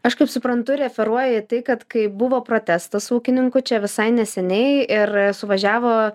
aš kaip suprantu referuoja į tai kad kai buvo protestas ūkininkų čia visai neseniai ir suvažiavo